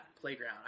playground